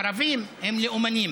ערבים הם לאומנים.